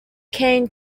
kane